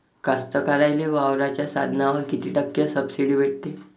कास्तकाराइले वावराच्या साधनावर कीती टक्के सब्सिडी भेटते?